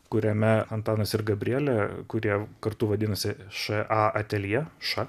kuriame antanas ir gabrielė kurie kartu vadinasi š a ateljė ša